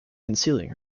concealing